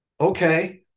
Okay